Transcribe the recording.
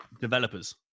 developers